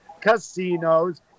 casinos